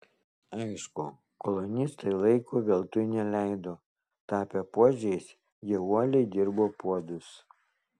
aišku kolonistai laiko veltui neleido tapę puodžiais jie uoliai dirbo puodus